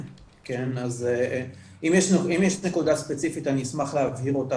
אז אם יש נקודה ספציפית אני אשמח להבהיר אותה